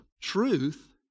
truth